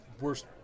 worst